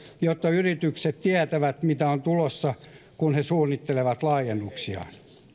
jotta yritykset tietävät mitä on tulossa kun he suunnittelevat laajennuksia